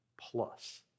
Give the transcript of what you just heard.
plus